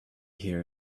here